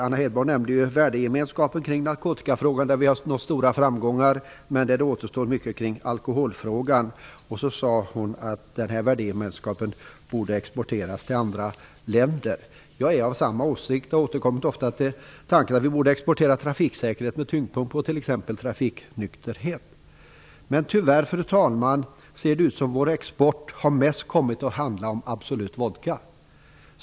Anna Hedborg nämnde värdegemenskapen kring narkotika där vi har nått stora framgångar, men det återstår mycket kring alkoholfrågan. Anna Hedborg sade att denna värdegemenskap borde exporteras till andra länder. Jag är av samma åsikt och har ofta återkommit till tanken att vi borde exportera trafiksäkerhet med tyngdpunkt på t.ex. export av trafiknykterhet. Men tyvärr, fru talman, ser det ut som att vår export mest kommit att handla om export av Absolut vodka.